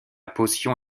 potion